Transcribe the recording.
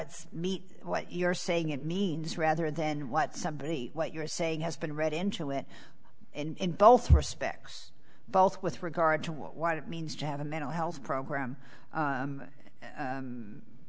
it's meat what you're saying it means rather than what somebody what you're saying has been read into it in both respects both with regard to what it means to have a mental health program